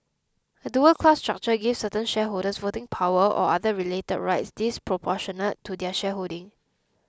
a dual class structure gives certain shareholders voting power or other related rights disproportionate to their shareholding